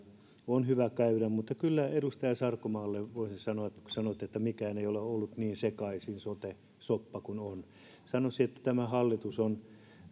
on hyvä käydä mutta kyllä edustaja sarkomaalle voisin sanoa kun sanoitte että milloinkaan ei ole ollut niin sekaisin sote soppa kuin nyt tämä hallitus